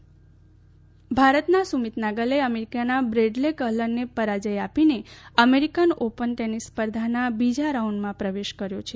સુમિત નાગલ ભારતના સુમીત નાગલે અમેરિકાના બ્રેડલે કહ્લનને પરાજ્ય આપીને અમેરિકન ઓપન ટેનિસ સ્પર્ધાના બીજા રાઉન્ડમાં પ્રવેશ કર્યો છે